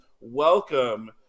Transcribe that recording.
welcome